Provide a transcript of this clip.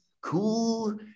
cool